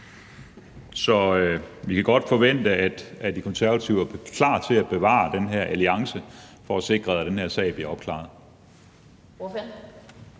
Så vi kan godt forvente, at De Konservative er klar til bevare den her alliance for at sikre, at den her sag bliver opklaret.